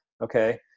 okay